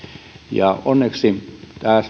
ja onneksi